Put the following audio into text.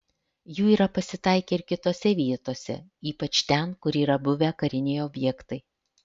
jų yra pasitaikę ir kitose vietose ypač ten kur yra buvę kariniai objektai